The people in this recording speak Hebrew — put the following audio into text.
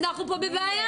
אנחנו פה בבעיה,